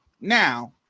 Now